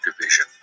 division